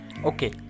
Okay